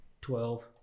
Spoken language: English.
twelve